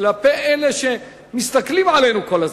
כלפי אלה שמסתכלים עלינו כל הזמן.